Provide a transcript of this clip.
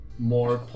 More